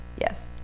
Yes